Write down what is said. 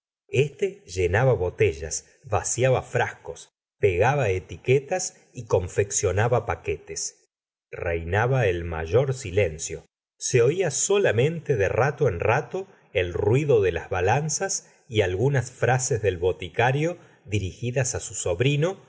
éste llenaba botellas vaciaba frascos pegaba etiquetas y confeccionaba paquetes reinaba el mayor silencio se ola solamente de rato en rato el ruido de las balanzas y algunas frases del boticario dirigidas su sobrino